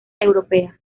europeas